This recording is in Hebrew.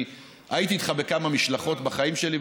אני הייתי איתך בכמה משלחות בחיים שלי,